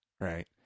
Right